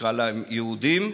נקרא להם יהודיים.